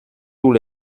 tous